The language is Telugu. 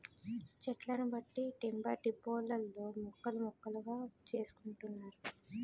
చెట్లను బట్టి టింబర్ డిపోలలో ముక్కలు ముక్కలుగా చేసుకుంటున్నారు